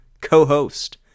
co-host